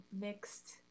mixed